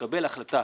לקבל החלטה